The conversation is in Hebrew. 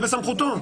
זה בסמכותו.